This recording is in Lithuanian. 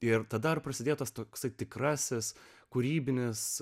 ir tad dar prasidėtas toks tikrasis kūrybinės